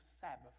Sabbath